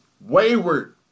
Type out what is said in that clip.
wayward